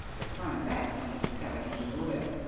but throw him back when they discover he's a lawyer.